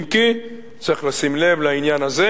אם כי צריך לשים לב לעניין הזה.